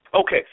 Okay